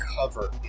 cover